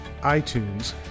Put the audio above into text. iTunes